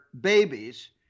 babies